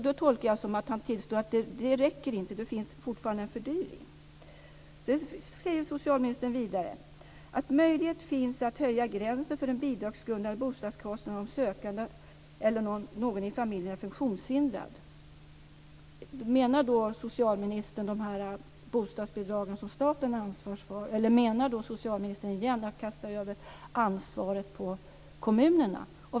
Det tolkar jag som om han tillstår att det inte räcker. Det finns fortfarande en fördyring. Socialministern skriver vidare att "möjlighet finns att höja gränsen för den bidragsgrundande bostadskostnaden om sökanden eller någon i familjen är funktionshindrad". Menar socialministern de bostadsbidrag som staten har ansvar för, eller kastar han återigen över ansvaret på kommunerna?